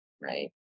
right